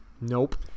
Nope